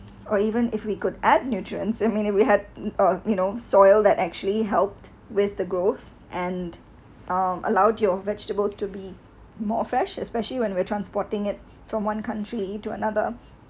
or even if we could add nutrients it mean we had uh you know soil that actually helped with the growth and um allowed your vegetables to be more fresh especially when we're transporting it from one country to another